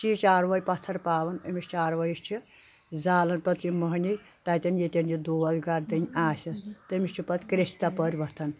چھِ یہِ چاروٲے پتَھر پاوان أمِس چاروٲیِس چھِ زالَن پتہٕ یہِ مٔہنی تَتؠن ییٚتؠن یہِ دوٗد گرٕدٕنۍ آسِس تٔمِس چھِ پتہٕ کِرٛیٚچھ تَپٲرۍ وۄتھن